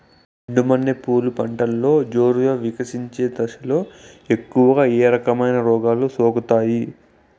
చెండు మల్లె పూలు పంటలో జోరుగా వికసించే దశలో ఎక్కువగా ఏ రకమైన రోగాలు సోకుతాయి?